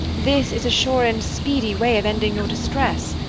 this is a sure and speedy way of ending your distress.